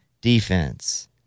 defense